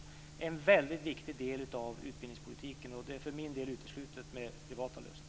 Det är en väldigt viktig del av utbildningspolitiken, och det är för min del uteslutet med privata lösningar.